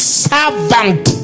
servant